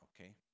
okay